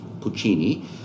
Puccini